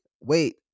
Wait